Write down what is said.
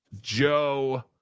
Joe